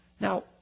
Now